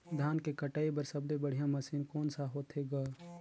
धान के कटाई बर सबले बढ़िया मशीन कोन सा होथे ग?